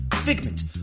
figment